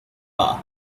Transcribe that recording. bar